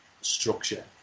structure